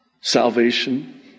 salvation